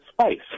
space